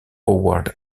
howard